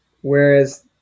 whereas